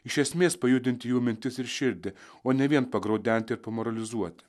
iš esmės pajudinti jų mintis ir širdį o ne vien pagraudenti ir pamoralizuoti